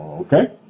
Okay